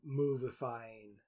movifying